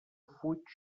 fuig